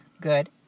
Good